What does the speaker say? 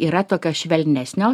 yra tokia švelnesnio